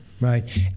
right